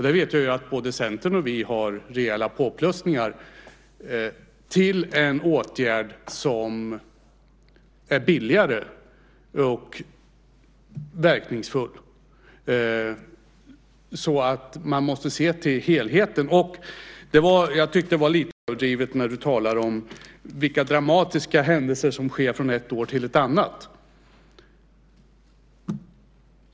Du vet att både Centern och vi där har rejäla påplussningar till en åtgärd som blir billigare och är verkningsfull. Man måste som sagt se till helheten. Det var lite överdrivet när du talade om vilka dramatiska händelser som inträffar från ett år till ett annat.